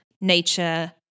nature